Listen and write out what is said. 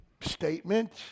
statement